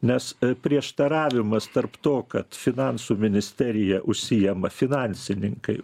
nes prieštaravimas tarp to kad finansų ministerija užsiima finansininkai